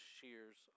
shears